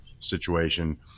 situation